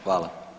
Hvala.